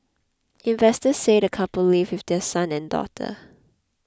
investors say the couple live with their son and daughter